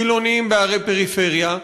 חילונים בערי פריפריה,